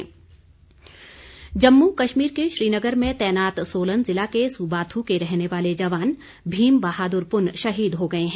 शहीद जम्मू कश्मीर के श्रीनगर में तैनाम सोलन जिला के सुबाथू के रहने वाले जवान भीम बहादुर पुन शहीद हो गए हैं